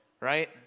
right